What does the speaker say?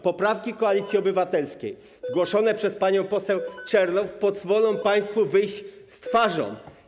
Poprawki Koalicji Obywatelskiej, zgłoszone przez panią poseł Czernow, pozwolą państwu wyjść z tego z twarzą.